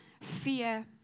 fear